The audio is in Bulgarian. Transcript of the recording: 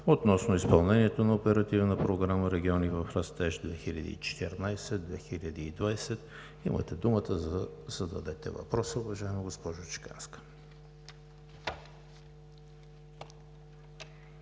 относно изпълнението на Оперативна програма „Региони в растеж 2014 – 2020 г.“ Имате думата да зададете въпроса, уважаема госпожо Чеканска.